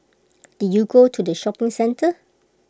did you go to the shopping centre